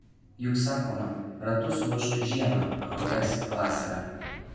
juk sakoma ratus ruošk žiemą roges vasarą